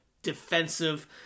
defensive